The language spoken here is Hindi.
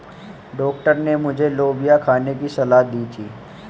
डॉक्टर ने मुझे लोबिया खाने की सलाह दी थी